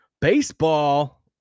Baseball